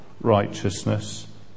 righteousness